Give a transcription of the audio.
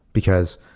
because,